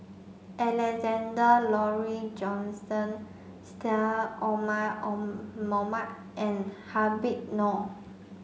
Alexander Laurie Johnston Syed Omar Mohamed and Habib Noh